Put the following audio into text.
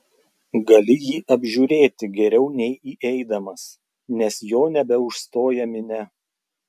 gali jį apžiūrėti geriau nei įeidamas nes jo nebeužstoja minia